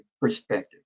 perspective